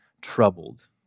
troubled